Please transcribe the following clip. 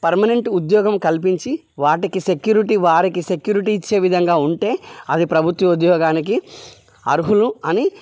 permanent ఉద్యోగం కల్పించి వాటికి సెక్యూరిటీ వారికి సెక్యూరిటీ ఇచ్చే విధంగా ఉంటే అది ప్రభుత్వ ఉద్యోగానికి అర్హులు అని